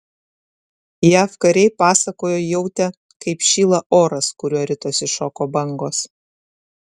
jav kariai pasakojo jautę kaip šyla oras kuriuo ritosi šoko bangos